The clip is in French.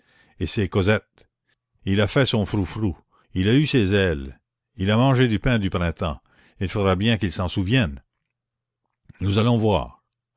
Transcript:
et ses cosettes il a fait son frou-frou il a eu ses ailes il a mangé du pain du printemps il faudra bien qu'il s'en souvienne nous allons voir